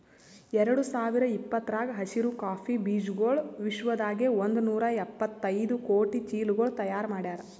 ಎರಡು ಸಾವಿರ ಇಪ್ಪತ್ತರಾಗ ಹಸಿರು ಕಾಫಿ ಬೀಜಗೊಳ್ ವಿಶ್ವದಾಗೆ ಒಂದ್ ನೂರಾ ಎಪ್ಪತ್ತೈದು ಕೋಟಿ ಚೀಲಗೊಳ್ ತೈಯಾರ್ ಮಾಡ್ಯಾರ್